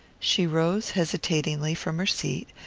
she rose hesitatingly from her seat,